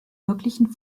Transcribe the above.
wirklichen